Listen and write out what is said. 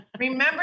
Remember